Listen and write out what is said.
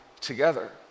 together